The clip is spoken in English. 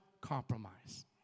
compromise